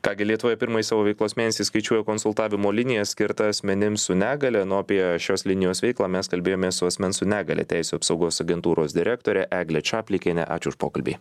ką gi lietuvoje pirmąjį savo veiklos mėnesį skaičiuoja konsultavimo linija skirta asmenims su negalia na o apie šios linijos veiklą mes kalbėjomės su asmens su negalia teisių apsaugos agentūros direktore egle čaplikiene ačiū už pokalbį